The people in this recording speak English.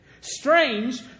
Strange